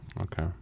Okay